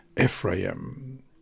Ephraim